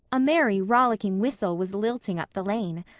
a merry rollicking whistle was lilting up the lane.